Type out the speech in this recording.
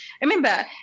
remember